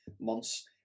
months